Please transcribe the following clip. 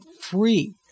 free